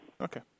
Okay